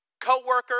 co-worker